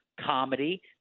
comedy